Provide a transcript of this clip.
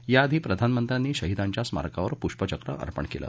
यापूर्वी प्रधानमंत्र्यांनी शहिदांच्या स्मारकावर पुष्पचक्र अर्पण केलं